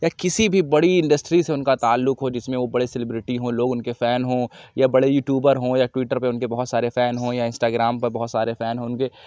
یا کسی بھی بڑی انڈسٹری سے ان کا تعلق ہو جس میں وہ بڑے سیلبرٹی ہوں لوگ ان کے فین ہوں یا بڑے یوٹیوبر ہوں یا ٹویٹر پہ ان کے بہت سارے فین ہوں یا انسٹا گرام پہ بہت سارے فین ہوں ان کے